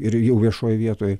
ir jau viešoj vietoj